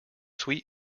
sweet